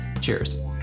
cheers